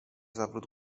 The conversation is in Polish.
zawrót